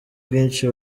bwinshi